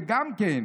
וגם כן,